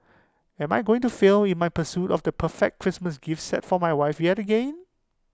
am I going to fail in my pursuit of the perfect Christmas gift set for my wife yet again